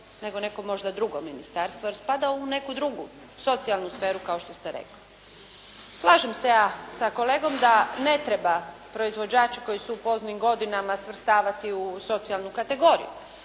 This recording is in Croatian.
nego neko možda drugo ministarstvo jer spada u neku drugu, socijalnu sferu kao što ste rekli. Slažem se ja s kolegom da ne treba proizvođači koji su poznim godinama svrstavati u socijalnu kategoriju